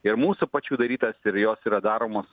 ir mūsų pačių darytas ir jos yra daromos